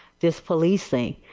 this policing.